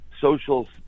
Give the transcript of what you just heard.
social